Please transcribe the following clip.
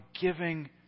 giving